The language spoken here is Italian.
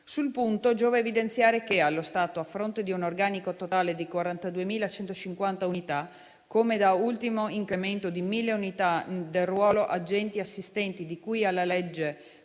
Sul punto, giova evidenziare che allo stato, a fronte di un organico totale di 42.150 unità, come dall'ultimo incremento di 1.000 unità del ruolo di agenti assistenti di cui alla legge